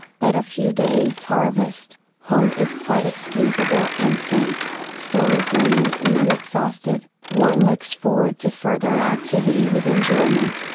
but a few days harvest, home is quite excusable and since, still resilient and unexhausted, one looks forward to further activity with enjoyment,